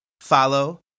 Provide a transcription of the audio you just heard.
follow